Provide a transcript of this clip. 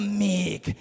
meek